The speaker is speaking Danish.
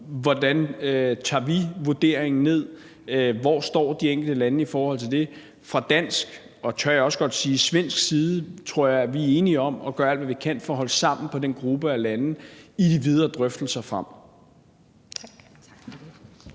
hvordan vi tager vurderingen ned, og hvor de enkelte lande står i forhold til det. Fra dansk og – tør jeg også godt sige – svensk side, tror jeg, er vi enige om at gøre alt, hvad vi kan, for at holde sammen på den gruppe af lande i de videre drøftelser frem.